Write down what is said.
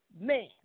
man